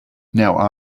now